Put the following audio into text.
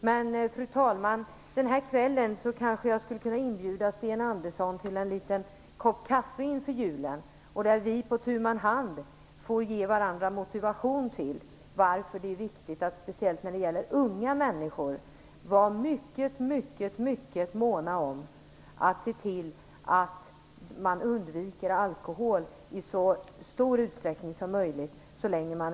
Men i kväll, så här inför julen, får jag kanske inbjuda Sten Andersson på en kopp kaffe. Då kan vi på tu man hand ge varandra motivation att förklara varför det är viktigt att speciellt när det gäller unga människor vara mycket, mycket mån om att se till att de så länge de är unga i så stor utsträckning som möjligt undviker alkohol.